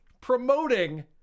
promoting